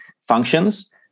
functions